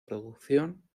producción